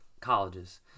colleges